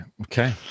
okay